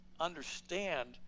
Understand